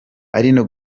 aline